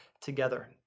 together